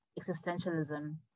existentialism